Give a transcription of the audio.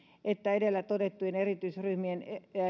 että edellä todettujen erityisryhmien